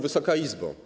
Wysoka Izbo!